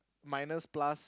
minus plus